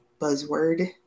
buzzword